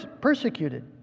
persecuted